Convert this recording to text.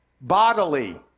bodily